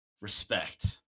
Respect